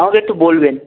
আমাকে একটু বলবেন